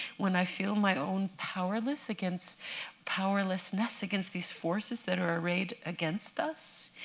when i feel my own powerlessness against powerlessness against these forces that are arrayed against us,